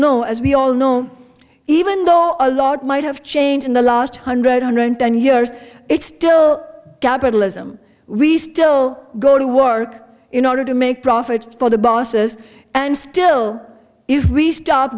know as we all know even though a lot might have changed in the last hundred one hundred ten years it's still capitalism we still go to work in order to make profits for the bosses and still if we st